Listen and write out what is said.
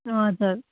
हजुर